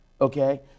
okay